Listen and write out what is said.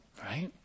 right